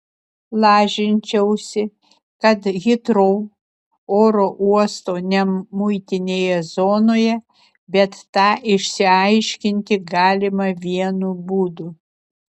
lažinčiausi kad hitrou oro uosto nemuitinėje zonoje bet tą išsiaiškinti galima vienu būdu